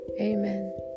Amen